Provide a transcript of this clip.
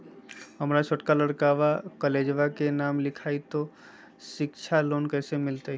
हमर छोटका लड़कवा कोलेजवा मे नाम लिखाई, तो सिच्छा लोन कैसे मिलते?